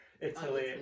Italy